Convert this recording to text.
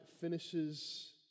finishes